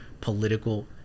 political